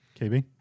KB